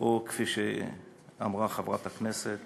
או כפי שאמרה חברת הכנסת